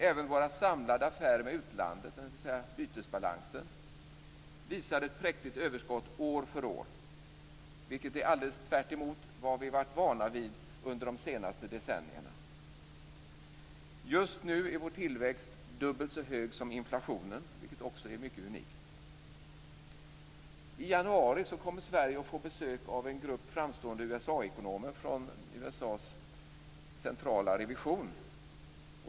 Även våra samlade affärer med utlandet, dvs. bytesbalansen, visar ett präktigt överskott år för år, vilket är alldeles tvärtemot vad vi varit vana vid under de senaste decennierna. Just nu är vår tillväxt dubbelt så hög som inflationen, vilket också är unikt. I januari kommer Sverige att få ett besök av framstående ekonomer från USA:s centrala revision.